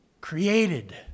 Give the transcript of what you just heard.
created